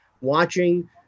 watching